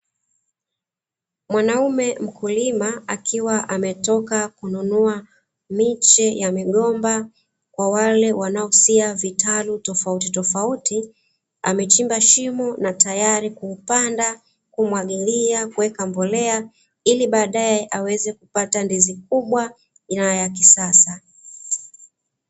Mwanaume mkulima akiwa ametoka kununua miche ya migomba, kwa wale wanaosia vitalu tofautitofauti. Amechimba shimo na tayari kuupanda, kumwagilia, kuweka mbolea ili baadaye aweze kupata ndizi kubwa na ya kisasa.